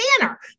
Banner